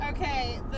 Okay